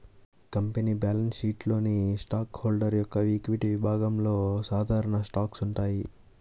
company balance షీట్లోని stock holder యొక్క equity విభాగంలో సాధారణ స్టాక్స్ ఉంటాయి